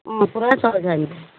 अँ पुरा चल्छ नि